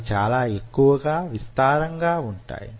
అవి చాలా ఎక్కువుగా విస్తారంగా వుంటాయి